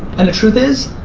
and the truth is,